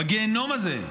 בגיהינום הזה?